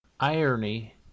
irony